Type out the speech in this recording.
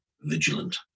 vigilant